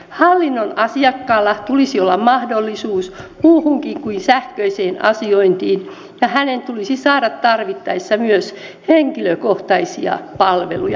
hallinnon asiakkaalla tulisi olla mahdollisuus muuhunkin kuin sähköiseen asiointiin ja hänen tulisi saada tarvittaessa myös henkilökohtaisia palveluja